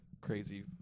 crazy